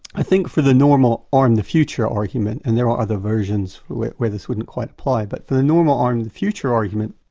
i think for the normal arm the future argument, and there are other versions where this wouldn't quite apply, but for the normal arm the future argument,